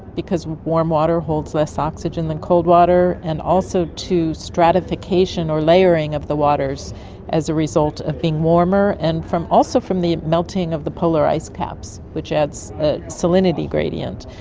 because warm water holds less oxygen than cold water, and also to stratification or layering of the waters as a result of being warmer, and also from the melting of the polar ice caps, which adds a salinity gradient.